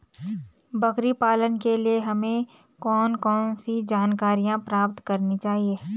बकरी पालन के लिए हमें कौन कौन सी जानकारियां प्राप्त करनी चाहिए?